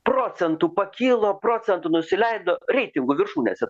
procentų pakilo procentų nusileido reitingų viršūnėse